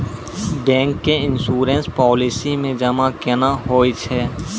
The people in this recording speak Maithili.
बैंक के इश्योरेंस पालिसी मे जमा केना होय छै?